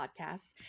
podcast